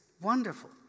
wonderful